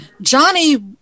Johnny